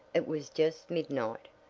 it was just midnight!